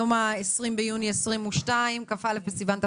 היום ה-20 ביוני 22', כ"א בסיון תשפ"ב,